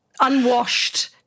unwashed